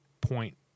point